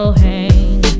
hang